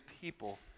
people